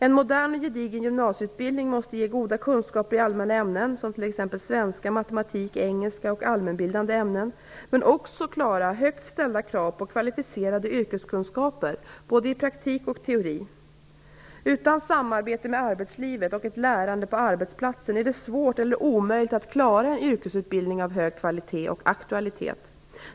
En modern och gedigen gymnasieutbildning måste ge goda kunskaper i allmänna ämnen som svenska, matematik, engelska och allmänbildande ämnen men också klara högt ställda krav på kvalificerade yrkeskunskaper, både i praktik och i teori. Utan samarbete med arbetslivet och ett lärande på arbetsplatsen är det svårt eller omöjligt att klara en yrkesutbildning av hög kvalitet och aktualitet.